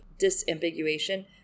disambiguation